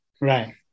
Right